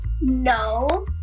no